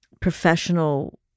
professional